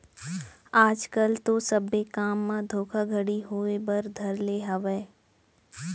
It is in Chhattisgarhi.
आज कल तो सब्बे काम म धोखाघड़ी होय बर धर ले हावय